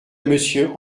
monsieur